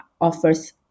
offers